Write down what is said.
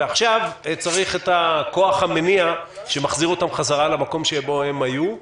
ועכשיו צריך את הכוח המניע שמחזיר אותן בחזרה למקום שבו הן היו.